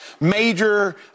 major